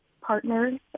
partners